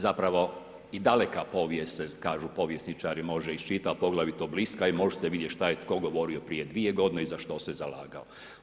Zapravo, i daleka povijest se kažu povjesničare može iščitati poglavito bliska i možete vidjeti šta je tko govorio prije 2 g. i zašto se zalagao.